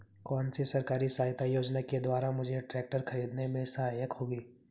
कौनसी सरकारी सहायता योजना के द्वारा मुझे ट्रैक्टर खरीदने में सहायक होगी?